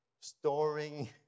storing